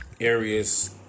areas